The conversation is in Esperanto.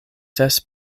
ses